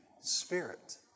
spirit